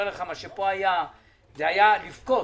מה שהיה פה זה היה לבכות,